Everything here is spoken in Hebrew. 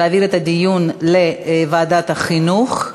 להעביר את הדיון לוועדת החינוך.